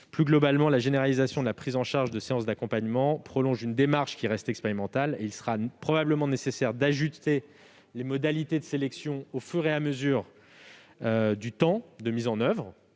Plus globalement, la généralisation de la prise en charge de séances d'accompagnement prolonge une démarche qui reste expérimentale. Il sera probablement nécessaire d'ajuster les modalités de sélection au fur et à mesure de la mise en oeuvre-